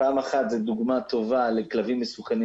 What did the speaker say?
פעם אחת זו דוגמה טובה לכלבים מסוכנים